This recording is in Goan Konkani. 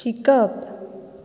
शिकप